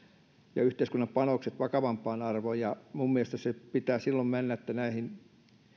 ja yhteiskunnan panokset nousevat vakavampaan arvoon minun mielestäni sen pitää silloin mennä niin että näihin